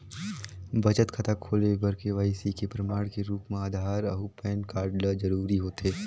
बचत खाता खोले बर के.वाइ.सी के प्रमाण के रूप म आधार अऊ पैन कार्ड ल जरूरी होथे